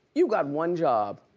you got one job.